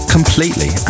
Completely